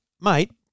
Mate